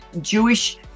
Jewish